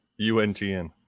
untn